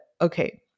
okay